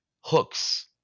hooks